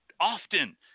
Often